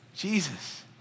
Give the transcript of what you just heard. Jesus